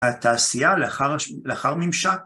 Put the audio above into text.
התעשייה לאחר ממשק.